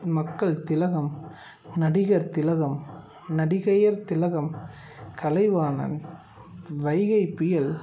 மக்கள் திலகம் நடிகர் திலகம் நடிகையர் திலகம் கலைவாணன் வைகைப்புயல்